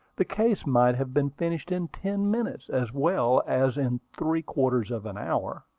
the case might have been finished in ten minutes, as well as in three-quarters of an hour.